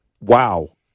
Wow